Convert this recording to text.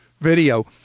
video